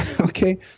Okay